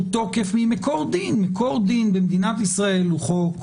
תוקף ממקור דין שהוא במדינת ישראל חוק,